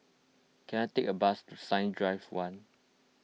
can I take a bus to Science Drive one